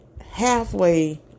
halfway